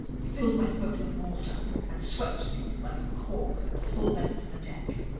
filled my throat with water and swept me like a cork the full length of the deck.